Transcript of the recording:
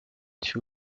two